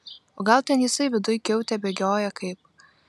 o gal ten jisai viduj kiaute bėgioja kaip